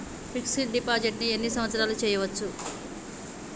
Fix డ్ deposit ఎన్ని సంవత్సరాలు చేయచ్చు?